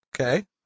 Okay